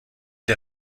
der